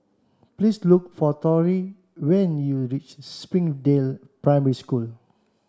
please look for Torrie when you reach Springdale Primary School